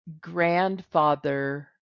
grandfather